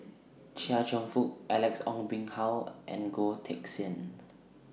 Chia Cheong Fook Alex Ong Boon Hau and Goh Teck Sian